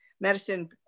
medicine